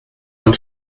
man